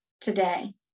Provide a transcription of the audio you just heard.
today